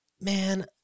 man